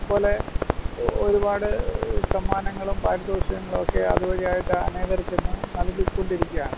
അതുപോലെ ഒരുപാട് സമ്മാനങ്ങളും പാരിതോഷികങ്ങളുമൊക്കെ അതുവഴിയായിട്ട് അനേകർക്കിന്ന് നൽകിക്കൊണ്ടിരിക്കുകയാണ്